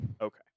Okay